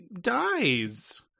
dies